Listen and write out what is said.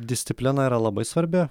disciplina yra labai svarbi